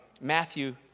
Matthew